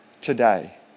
today